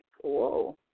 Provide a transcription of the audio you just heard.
whoa